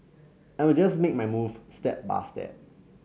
I will just make my move step by step